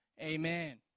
Amen